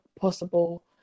possible